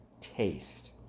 taste